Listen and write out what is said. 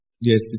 Yes